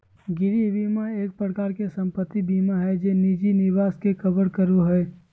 गृह बीमा एक प्रकार से सम्पत्ति बीमा हय जे निजी निवास के कवर करो हय